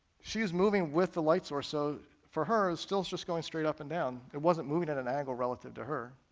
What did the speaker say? she's moving with the light source, so for her it's still just going straight up and down, it wasn't moving at an angle relative to her,